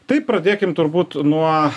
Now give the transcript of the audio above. tai pradėkime turbūt nuo